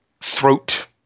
throat